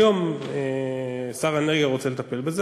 היום שר האנרגיה רוצה לטפל בזה,